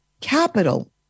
capital